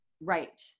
Right